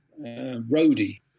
roadie